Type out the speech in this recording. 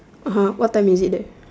uh what time is it there